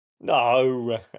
no